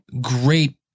Great